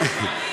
יאללה.